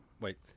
Wait